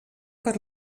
per